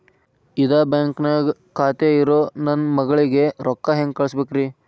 ಇದ ಬ್ಯಾಂಕ್ ನ್ಯಾಗ್ ಖಾತೆ ಇರೋ ನನ್ನ ಮಗಳಿಗೆ ರೊಕ್ಕ ಹೆಂಗ್ ಕಳಸಬೇಕ್ರಿ?